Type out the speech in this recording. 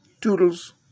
Toodles